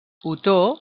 otó